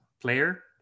player